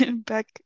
back